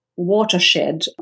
Watershed